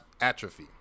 atrophy